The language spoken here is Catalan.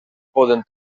poden